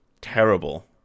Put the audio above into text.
terrible